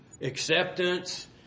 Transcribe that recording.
acceptance